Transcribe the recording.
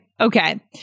Okay